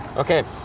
okay.